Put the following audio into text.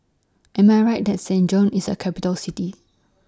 Am I Right that Saint John's IS A Capital City